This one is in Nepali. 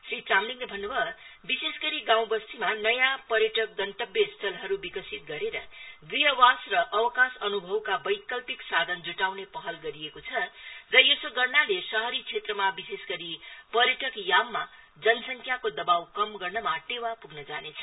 श्री चामलिङले भन्न् भयो विशेष गरी गाँउवस्तीमा नयाँ पर्यटक गण्तव्य स्थलहरू विकसित गरेर ग्रहवास र अवकास अनुभवका वैकल्पिक साधन जुटाउने पहल गरिएको छ र यसो गर्नाले शहरी क्षेत्रमा विशेष गरी पर्यटक याममा जनसंख्याको दबाऊ कम गर्नमा टेवा प्ग्न जानेछ